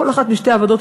כל אחת משתי הוועדות,